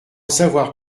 savoir